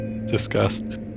Disgust